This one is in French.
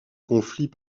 conflit